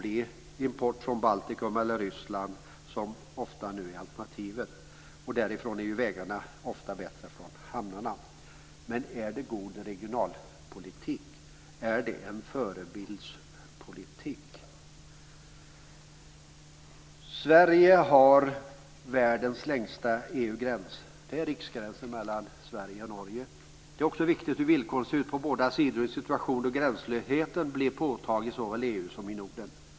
Alternativet är nu ofta import från Baltikum eller Ryssland, eftersom vägarna från hamnarna ofta är bättre. Är det god regionalpolitik? Är det en förebildlig politik? Sverige har världens längsta EU-gräns, riksgränsen mellan Sverige och Norge. Det är viktigt att se hur villkoren ser ut på båda sidor i en situation där gränslösheten blir påtaglig såväl i EU som i Norden.